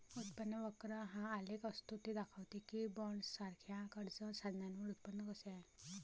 उत्पन्न वक्र हा आलेख असतो ते दाखवते की बॉण्ड्ससारख्या कर्ज साधनांवर उत्पन्न कसे आहे